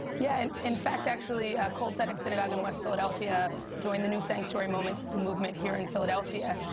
yeah. and in fact, actually, kol tzedek synagogue in west philadelphia joined the new sanctuary movement movement here in philadelphia.